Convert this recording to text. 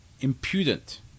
impudent